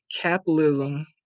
capitalism